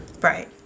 Right